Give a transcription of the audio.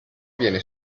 viene